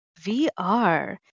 VR